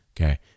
Okay